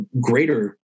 greater